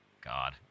God